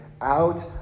out